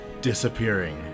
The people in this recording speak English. disappearing